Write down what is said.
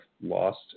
lost